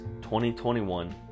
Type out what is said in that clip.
2021